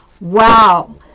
Wow